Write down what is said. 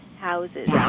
houses